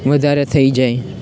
વધારે થઈ જાય